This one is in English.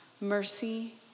Mercy